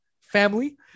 family